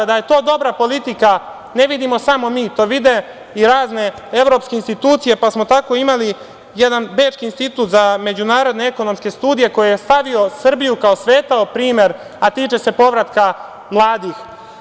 Da je to dobra politika ne vidimo samo mi, to vide i razne evropske institucije, pa smo tako imali jedan bečki institut za međunarodne ekonomske studije koji je stavio Srbiju kao svetao primer, a tiče se povratka mladih.